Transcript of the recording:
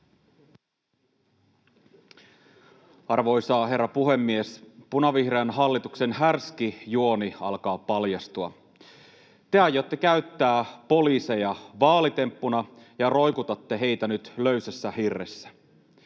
Arvoisa herra puhemies! Punavihreän hallituksen härski juoni alkaa paljastua. Te aiotte käyttää poliiseja vaalitemppuna ja roikutatte heitä nyt löysässä hirressä.